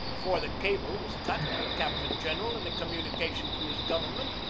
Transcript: before the cable was cut the captain-general, in a communi cation to his government,